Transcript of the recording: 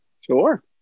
Sure